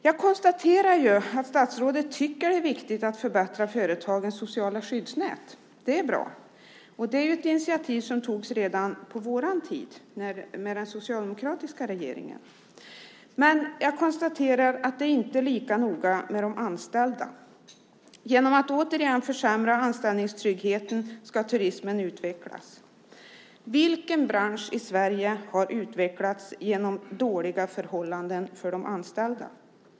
Jag konstaterar att statsrådet tycker att det är viktigt att förbättra företagens sociala skyddsnät. Det är bra, och det är ett initiativ som togs redan på vår tid med den socialdemokratiska regeringen. Men jag konstaterar att det inte är lika noga med de anställda. Genom att man återigen försämrar anställningstryggheten ska turismen utvecklas. Vilken bransch i Sverige har utvecklats genom dåliga förhållanden för de anställda?